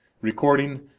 Recording